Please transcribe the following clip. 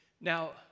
Now